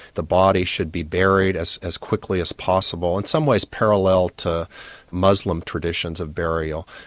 the body should be buried as as quickly as possible, in some ways parallel to muslim traditions of burial,